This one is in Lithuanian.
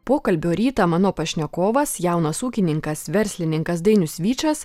pokalbio rytą mano pašnekovas jaunas ūkininkas verslininkas dainius vyčas